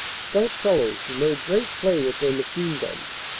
stout fellows who made great play with their machine guns.